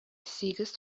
сигез